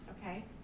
Okay